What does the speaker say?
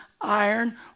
iron